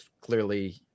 clearly